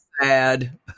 sad